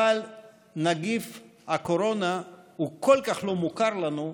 אבל נגיף הקורונה הוא כל כך לא מוכר לנו,